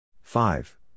five